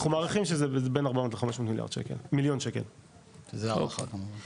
אנחנו מעריכים שזה בין 400-500 מיליון שקל וזה הערכה.